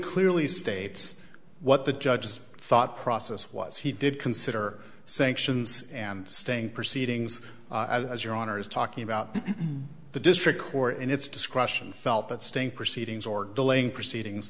clearly states what the judges thought process was he did consider sanctions and staying proceedings as your honour's talking about the district court in its discretion felt that staying proceedings or delaying proceedings